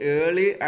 early